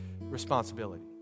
responsibility